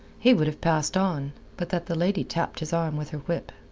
he would have passed on, but that the lady tapped his arm with her whip.